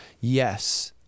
yes